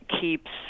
keeps